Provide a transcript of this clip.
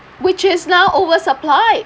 which is now oversupply